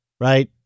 right